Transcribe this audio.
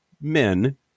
men